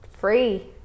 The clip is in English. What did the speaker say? free